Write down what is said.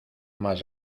más